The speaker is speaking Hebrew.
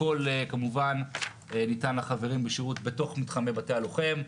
הכול כמובן ניתן לחברים בשירות בתוך מתחמי בתי הלוחם.